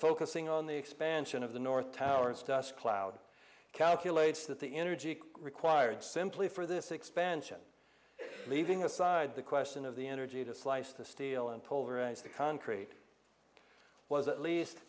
focusing on the expansion of the north tower as dust cloud calculates that the energy required simply for this expansion leaving aside the question of the energy to slice the steel and polarized the concrete was at least